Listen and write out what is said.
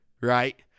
Right